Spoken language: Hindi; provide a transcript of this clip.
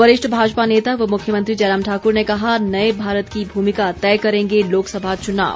वरिष्ठ भाजपा नेता व मुख्यमंत्री जयराम ठाकुर ने कहा नए भारत की भूमिका तय करेंगे लोकसभा चुनाव